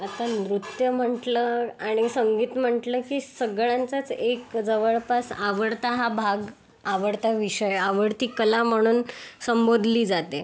आता नृत्य म्हटलं आणि संगीत म्हटलं की सगळ्यांचाच एक जवळपास आवडता हा भाग आवडता विषय आवडती कला म्हणून संबोधली जाते